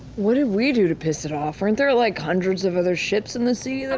what did we do to piss it off? aren't there, like, hundreds of other ships in the sea?